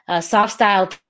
soft-style